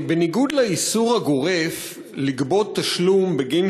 בניגוד לאיסור הגורף לגבות תשלום בגין